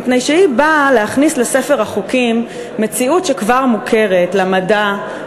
מפני שהיא באה להכניס לספר החוקים מציאות שכבר מוכרת למדע,